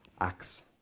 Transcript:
Acts